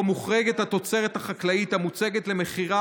שבו מוחרגת התוצרת החקלאית המוצגת למכירה